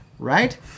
right